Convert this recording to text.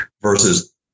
versus